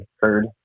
heard